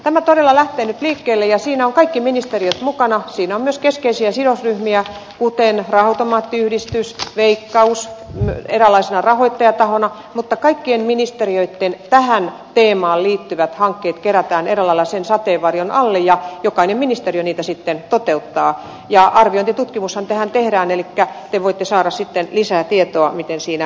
tämä todella lähtenyt liikkeelle ja siinä on kaikki ministeriöt mukana siinä myös keskeisiä sidosryhmiä kuten raha automaattiyhdistys veikkaus eräänlaisina rahoittajatahoina mutta kaikkien ministeriöitten tähän teemaan liittyvät hankkeet kerätään eräällälaisen sateenvarjon alle ja jokainen ministeriö niitä sitten toteuttaa ja arviointitutkimushan tähän tehdään elikkä te voitte saada sitten lisää tietoa miten siinä